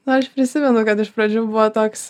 nu aš prisimenu kad iš pradžių buvo toks